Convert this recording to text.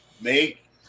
Make